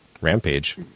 Rampage